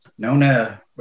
Nona